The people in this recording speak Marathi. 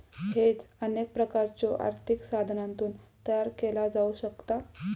हेज अनेक प्रकारच्यो आर्थिक साधनांतून तयार केला जाऊ शकता